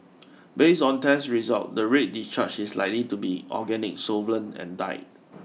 based on test results the red discharge is likely to be organic solvent and dye